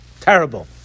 terrible